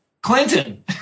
Clinton